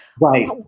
Right